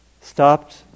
stopped